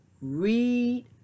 read